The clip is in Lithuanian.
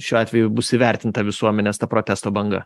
šiuo atveju bus įvertinta visuomenės ta protesto banga